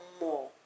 more